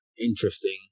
interesting